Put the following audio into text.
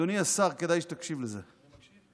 אדוני השר, כדאי שתקשיב לזה, אני מקשיב.